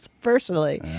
personally